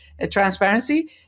transparency